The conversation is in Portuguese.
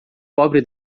pobre